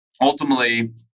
ultimately